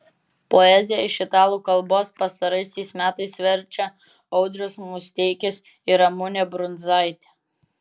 poeziją iš italų kalbos pastaraisiais metais verčia audrius musteikis ir ramunė brundzaitė